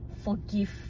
forgive